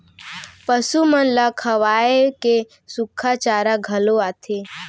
पसु मन ल खवाए के सुक्खा चारा घलौ आथे